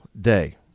day